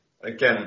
again